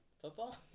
Football